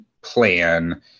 plan